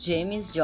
James